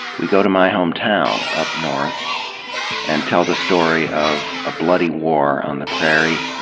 we go to my hometown up north and tell the story of a bloody war on the prairie,